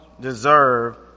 deserve